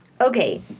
Okay